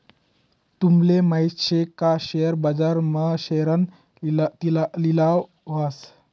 तूमले माहित शे का शेअर बाजार मा शेअरना लिलाव व्हस